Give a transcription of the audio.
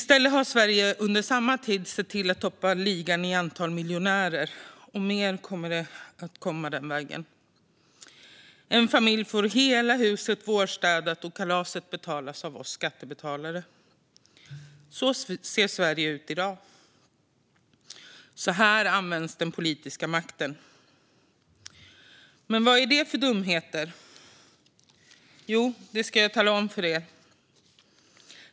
Sverige har under samma tid sett till att toppa ligan i antal miljonärer. Och mer kommer den vägen. En familj får hela huset vårstädat, och kalaset betalas av oss skattebetalare. Så ser Sverige ut i dag. Så här används den politiska makten. Men vad är det för dumheter? Jo, det ska jag tala om för er.